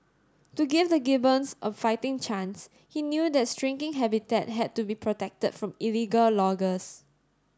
to give the gibbons a fighting chance he knew their shrinking habitat had to be protected from illegal loggers